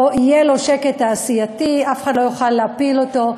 יהיה לו שקט תעשייתי, אף אחד לא יוכל להפיל אותו.